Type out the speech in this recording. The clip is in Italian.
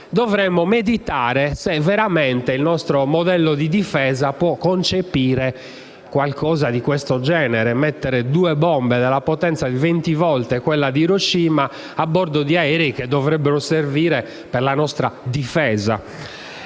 dovremmo meditare se il nostro modello di difesa possa veramente concepire qualcosa del genere: mettere due bombe della potenza pari a venti volte quella di Hiroshima a bordo di aerei che dovrebbero servire per la nostra difesa.